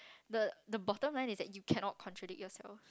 the the bottom line is you cannot contradict yourself